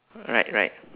right right